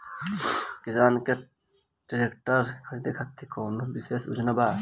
का किसान के ट्रैक्टर खरीदें खातिर कउनों विशेष योजना बा?